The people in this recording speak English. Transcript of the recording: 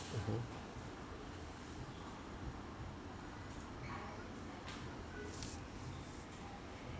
mmhmm